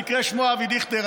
שבמקרה שמו אבי דיכטר,